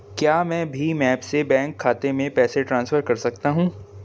क्या मैं भीम ऐप से बैंक खाते में पैसे ट्रांसफर कर सकता हूँ?